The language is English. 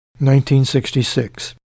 1966